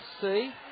see